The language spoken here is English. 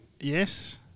Yes